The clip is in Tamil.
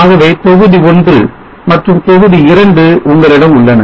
ஆகவே தொகுதி 1 மற்றும் தொகுதி 2 உங்களிடம் உள்ளன